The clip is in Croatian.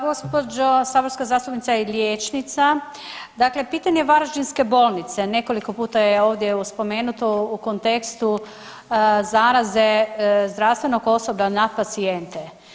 Gđo. saborska zastupnica je liječnica, dakle pitanje varaždinske bolnice, nekoliko puta je ovdje evo, spomenuto u kontekstu zaraze zdravstvenog osoblja na pacijente.